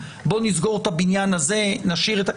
בוא נסגור את הבניין הזה וזה.